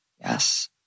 Yes